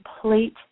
complete